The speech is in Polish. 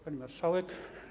Pani Marszałek!